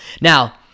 Now